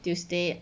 tuesday